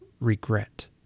regret